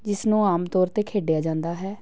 ਜਿਸ ਨੂੰ ਆਮ ਤੌਰ 'ਤੇ ਖੇਡਿਆ ਜਾਂਦਾ ਹੈ